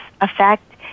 effect